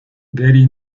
gary